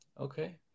Okay